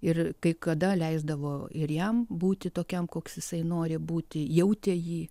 ir kai kada leisdavo ir jam būti tokiam koks jisai nori būti jautė jį